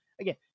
again